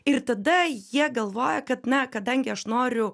ir tada jie galvoja kad na kadangi aš noriu